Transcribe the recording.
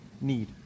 need